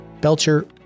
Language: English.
Belcher